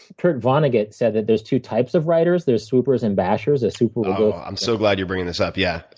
kurt vonnegut said that there's two types of writers. there's swoopers and bashers. a swooper will go i'm so glad you're bringing this up, yeah,